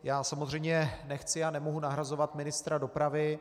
Já samozřejmě nechci a nemohu nahrazovat ministra dopravy.